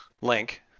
link